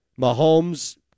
Mahomes